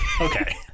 Okay